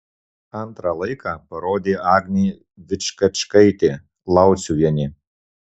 antrą laiką parodė agnė vičkačkaitė lauciuvienė